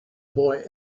boy